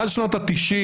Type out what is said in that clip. מאז שנות ה-90'